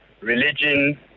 religion